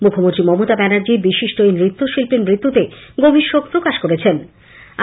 মুখ্যমন্ত্রী মমতা ব্যানার্জি বিশিষ্ট এই নৃত্যশিল্পীর মৃত্যুতে আমি গভীর শোক প্রকাশ করেছেন